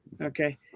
Okay